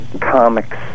comics